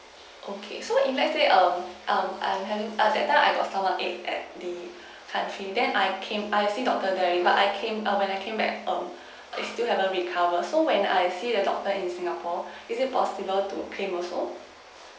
okay so if let's say err um I'm having at that time I got stomachache at the country then I came I see doctor there but I came err when I came back um it's still haven't recover so when I see the doctor in singapore is it possible to claim also